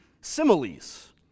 similes